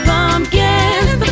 Pumpkins